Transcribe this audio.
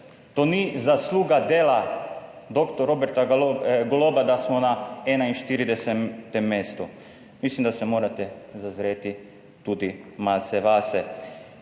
To ni zasluga dela dr. Roberta Goloba, da smo na 41. mestu. Mislim, da se morate zazreti tudi malce vase.